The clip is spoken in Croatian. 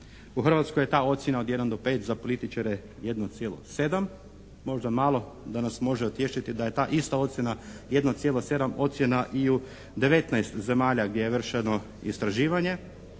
U Hrvatskoj je ta ocjena od 1 do 5. Za političare 1,7, možda malo danas može utješiti da je ta ista ocjena 1,7 ocjena i u 19 zemalja gdje je vršeno istraživanje.